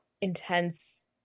intense